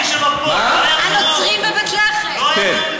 השר, לא היה טרור.